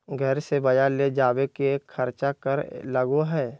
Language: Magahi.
घर से बजार ले जावे के खर्चा कर लगो है?